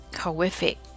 horrific